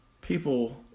People